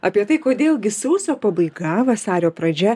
apie tai kodėl gi sausio pabaiga vasario pradžia